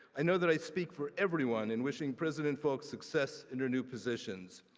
i know that i speak for everyone in wishing president folt success in her new position.